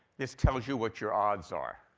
this tells you what your odds are.